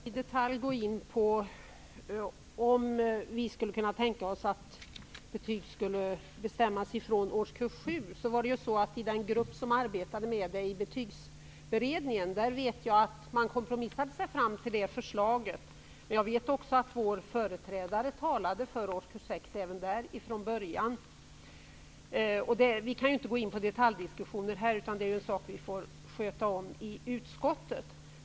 Herr talman! Jag kan inte i detalj gå in på om vi skulle kunna tänka oss att betyg skall ges från årskurs 7. I den grupp som arbetade med detta i Betygsberedningen kompromissade man sig fram till det förslaget, vet jag. Jag vet också att vår företrädare från början talade för årskurs 6 även där. Vi kan inte här gå in i detaljdiskussioner, utan dem får vi ta i utskottet.